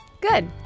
Good